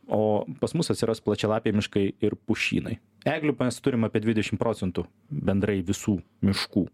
o pas mus atsiras plačialapiai miškai ir pušynai eglių mes turim apie dvidešim procentų bendrai visų miškų